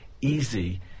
easy